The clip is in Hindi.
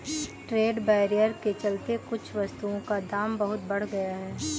ट्रेड बैरियर के चलते कुछ वस्तुओं का दाम बहुत बढ़ गया है